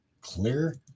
clear